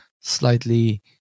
slightly